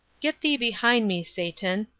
get thee behind me, satan.